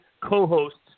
co-hosts